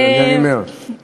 היא לא מרוכזת בדיון.